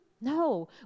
No